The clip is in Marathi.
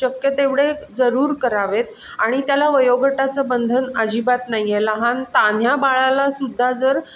शक्य तेवढे जरूर करावेत आणि त्याला वयोगटाचं बंधन अजिबात नाही आहे लहान तान्ह्या बाळाला सुद्धा जर